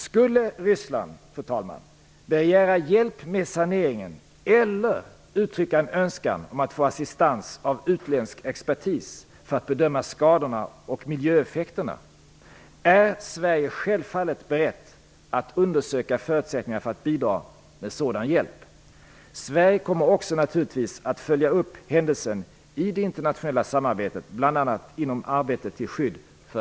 Skulle Ryssland begära hjälp med saneringen eller uttrycka en önskan om att få assistans av utländsk expertis för att bedöma skadorna och miljöeffekterna är Sverige självfallet berett att undersöka förutsättningar för att bidra med sådan hjälp. Sverige kommer naturligtvis också att följa upp händelsen i det internationella samarbetet, bl.a. inom arbetet till skydd för